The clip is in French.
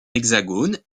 hexagone